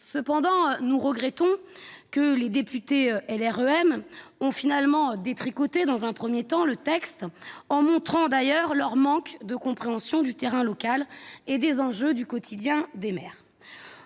Cependant, nous regrettons que les députés LREM aient détricoté dans un premier temps le texte, montrant à cette occasion leur manque de compréhension du terrain local et des enjeux du quotidien des maires.